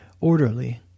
orderly